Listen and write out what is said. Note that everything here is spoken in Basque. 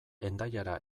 hendaiara